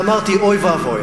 ואמרתי: אוי ואבוי.